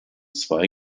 zwei